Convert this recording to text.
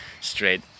straight